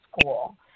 school